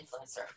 influencer